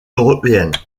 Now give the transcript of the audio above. européennes